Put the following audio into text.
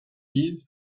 kid